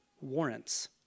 warrants